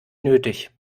nötig